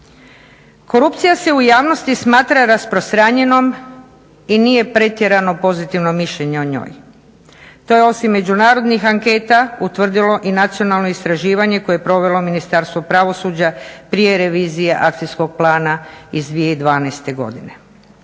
Korupcija se u javnosti smatra rasprostranjenom i nije pretjerano pozitivno mišljenje o njoj. To je osim međunarodnih anketa utvrdilo i nacionalno istraživanje koje je provelo Ministarstvo pravosuđa prije revizije Akcijskog plana iz 2012. godine.